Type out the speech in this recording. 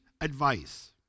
advice